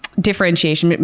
differentiation.